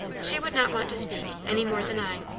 she would not want to speak, any more than i.